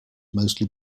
mostly